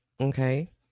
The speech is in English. Okay